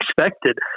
expected